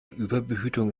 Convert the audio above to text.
überbehütung